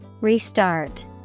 Restart